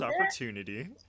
opportunity